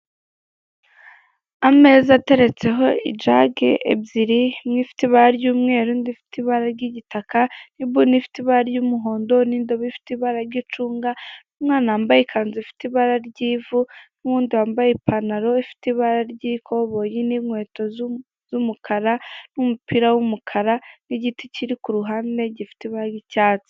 Ameza ateretseho ijage ebyiri, imwe ifite ibara ry'umweru, indi ifite ibara ry'igitaka n'ibuni ifite ibara ry'umuhondo n'indobo ifite ibara ry'icunga, umwana wambaye ikanzu ifite ibara ryivu n'undi wambaye ipantaro ifite ibara ry'ikoboyi n'inkweto z'umukara n'umupira w'umukara n'igiti kiri ku ruhande gifite ibara ry'icyatsi.